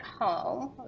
home